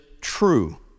true